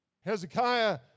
Hezekiah